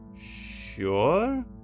Sure